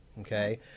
okay